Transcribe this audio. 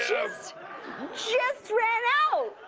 just just ran out.